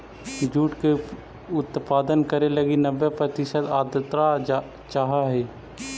jute के उत्पादन करे लगी नब्बे प्रतिशत आर्द्रता चाहइ